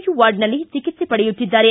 you ವಾರ್ಡ್ನಲ್ಲಿ ಚಿಕಿತ್ಸೆ ಪಡೆಯುತ್ತಿದ್ದಾರೆ